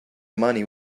money